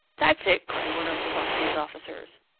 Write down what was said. that's it! cried one of levasseur's officers.